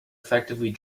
effectively